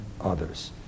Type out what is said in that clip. others